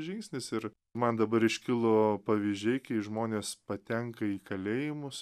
žingsnis ir man dabar iškilo pavyzdžiai kai žmonės patenka į kalėjimus